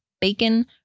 bacon